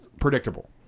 predictable